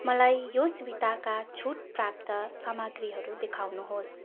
मलाई योस्विताका छुटप्राप्त सामग्रीहरू देखाउनुहोस्